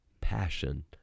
passion